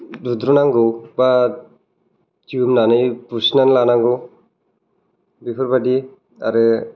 बुद्रुनांगौ बा जोमनानै बुसिनानै लानांगौ बेफोरबायदि आरो